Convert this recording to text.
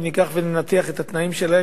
אם ננתח את התנאים שלו,